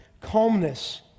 Calmness